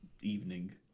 evening